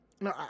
no